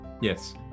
yes